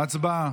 הצבעה.